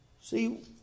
See